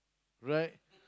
right